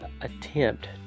attempt